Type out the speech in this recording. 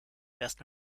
erst